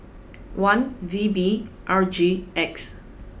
one V B R G X